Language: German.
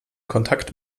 kontakt